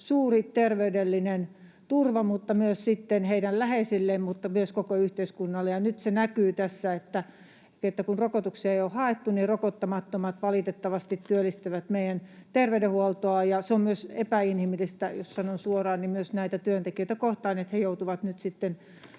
suuri terveydellinen turva mutta myös sitten heidän läheisilleen ja myös koko yhteiskunnalle. Nyt se näkyy siinä, että kun rokotuksia ei ole haettu, niin rokottamattomat valitettavasti työllistävät meidän terveydenhuoltoa, ja se on myös epäinhimillistä, jos sanon suoraan, myös näitä työntekijöitä kohtaan, että he joutuvat nyt sitten